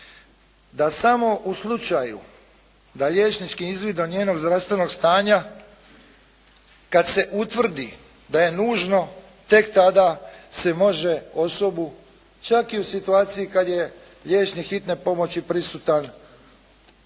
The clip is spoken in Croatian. da samo u slučaju da liječnički izvid njenog zdravstvenog stanja kad se utvrdi da je nužno tek tada se može osobu čak i u situaciji kad je liječnik hitne pomoći prisutan